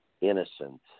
innocent